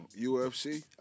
UFC